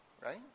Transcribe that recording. right